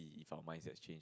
if your mind got change